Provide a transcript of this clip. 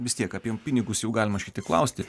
vis tiek apie pinigus jau galima šiek tiek klausti